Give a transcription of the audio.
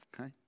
Okay